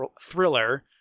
thriller